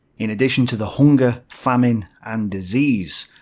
in addition to the hunger, famine and disease,